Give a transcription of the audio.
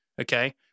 Okay